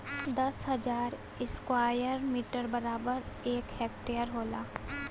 दस हजार square metre बराबर एक हेक्टेयर होला